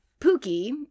pookie